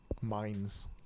minds